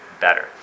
better